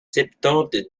septante